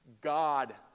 God